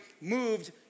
moved